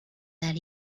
that